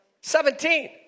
Seventeen